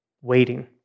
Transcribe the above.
waiting